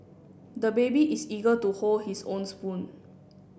the baby is eager to hold his own spoon